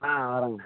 ஆ வரேங்க